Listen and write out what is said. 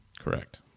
Correct